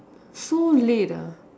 so late ah